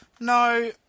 No